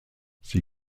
sie